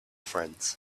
friends